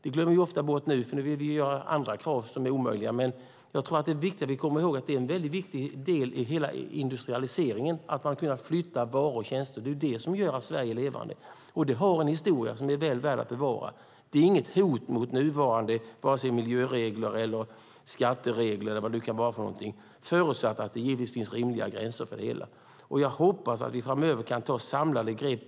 Det glömmer vi ofta bort, för nu vill vi ha andra krav som är omöjliga, men jag tror att det är viktigt att vi kommer ihåg att det är en väldigt viktig del i hela industrialiseringen att man har kunnat flytta varor och tjänster. Det är det som gör att Sverige är levande. Detta är historia som är väl värd att bevara. Det är inget hot mot vare sig nuvarande miljöregler, skatteregler eller vad det nu kan vara, förutsatt att det finns rimliga gränser för det hela. Jag hoppas att vi framöver kan ta ett samlat grepp.